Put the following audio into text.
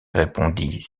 répondit